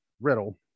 riddle